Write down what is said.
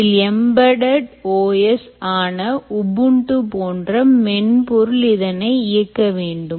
இதில் embedded OS ஆன ubuntuபோன்ற மென்பொருள் இதனை இயக்க வேண்டும்